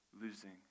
losing